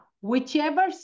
whichever